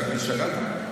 תגיד, השתגעת?